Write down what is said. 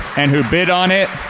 and who bid on it.